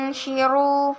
shiru